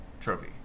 trophy